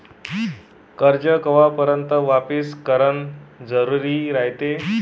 कर्ज कवापर्यंत वापिस करन जरुरी रायते?